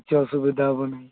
କିଛି ଅସୁବିଧା ହେବ ନାହିଁ